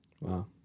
Wow